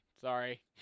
Sorry